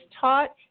taught